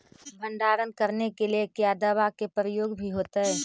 भंडारन करने के लिय क्या दाबा के प्रयोग भी होयतय?